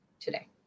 today